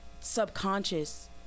subconscious